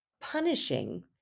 punishing